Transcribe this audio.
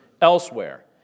elsewhere